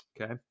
Okay